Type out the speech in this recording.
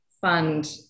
fund